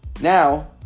Now